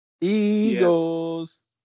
Eagles